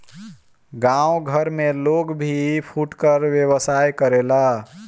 गांव घर में लोग भी फुटकर व्यवसाय करेला